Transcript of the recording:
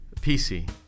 PC